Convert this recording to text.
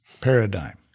paradigm